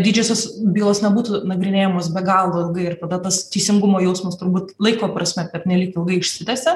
didžiosios bylos nebūtų nagrinėjamos be galo ilgai ir tada tas teisingumo jausmas turbūt laiko prasme pernelyg ilgai išsitęsia